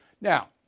Now